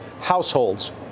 households